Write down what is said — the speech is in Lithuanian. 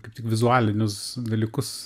kaip tik vizualinius dalykus